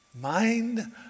mind